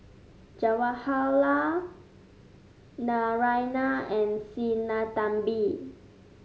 Jawaharlal Naraina and Sinnathamby